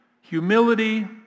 Humility